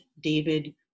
David